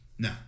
No